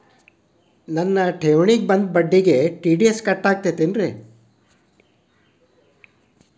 ನನ್ನ ಠೇವಣಿಗೆ ಬಂದ ಬಡ್ಡಿಗೆ ಟಿ.ಡಿ.ಎಸ್ ಕಟ್ಟಾಗುತ್ತೇನ್ರೇ?